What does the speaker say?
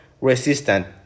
resistant